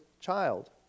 child